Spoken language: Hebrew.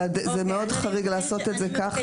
זה מאוד חריג לעשות זאת ככה.